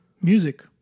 Music